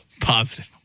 Positive